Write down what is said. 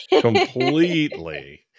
completely